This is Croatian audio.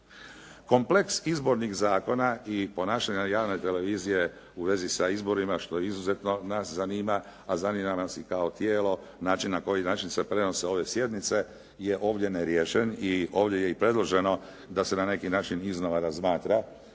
Kompleks izbornih zakona i ponašanja javne televizije u vezi sa izborima, što izuzetno nas zanima, a zanima nas i kao tijelo način na koji način se prenose ove sjednice je ovdje neriješen i ovdje je i predloženo da se na neki način iznova razmatra,